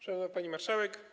Szanowna Pani Marszałek!